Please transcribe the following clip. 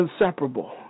inseparable